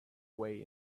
way